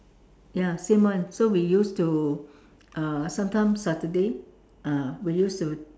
ya same one so we used to uh sometimes Saturday ah we used to